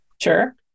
Sure